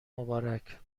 مبارک